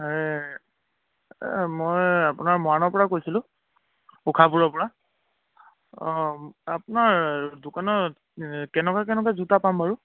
এই মই আপোনাৰ মৰাণৰ পৰা কৈছিলোঁ ঊষাপুৰৰ পৰা অঁ আপোনাৰ দোকানত কেনেকুৱা কেনেকুৱা জোতা পাম বাৰু